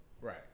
Right